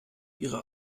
ihre